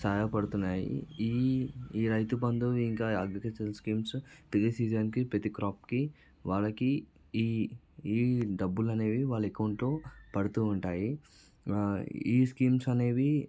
సాయపడుతున్నాయి ఈ రైతుబంధు ఇంకా agriculture schemes ప్రతీ సీజన్కి ప్రతీ క్రాప్కి వాళ్ళకి ఈ ఈ డబ్బులు అనేవి వాళ్ళ అకౌంట్లో పడుతూ ఉంటాయి ఈ స్కీమ్స్ అనేవి